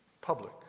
public